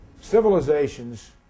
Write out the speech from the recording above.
Civilizations